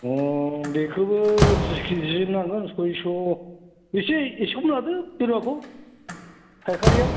अ बेखोबो त्रिस केजिसो नांगोन सयस' एसे एसेयावनो लादो बोरमाखौ फाइखारियाव